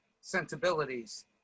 sensibilities